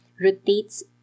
rotates